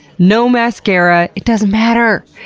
no mascara. it doesn't matter!